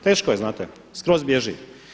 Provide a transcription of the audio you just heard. Teško je, znate skroz bježi.